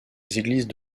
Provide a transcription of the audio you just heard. églises